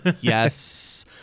Yes